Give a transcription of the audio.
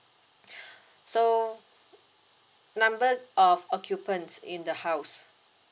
so number of occupants in the house